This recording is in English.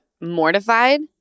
mortified